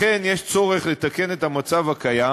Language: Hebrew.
לכן יש צורך לתקן את המצב הקיים